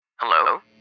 Hello